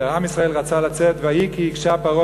כשעם ישראל רצה לצאת "ויהי כי הקשה פרעה